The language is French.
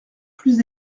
plus